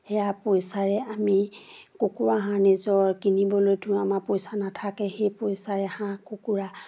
সেয়া পইচাৰে আমি কুকুৰা হাঁহ নিজৰ কিনিবলৈতো আমাৰ পইচা নাথাকে সেই পইচাৰে হাঁহ কুকুৰা